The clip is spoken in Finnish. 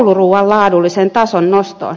kouluruuan laadullisen tason nostoon